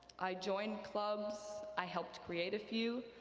i joined clubs, i helped create a few.